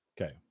Okay